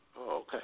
Okay